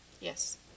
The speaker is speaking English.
Yes